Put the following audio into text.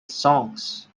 songs